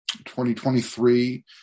2023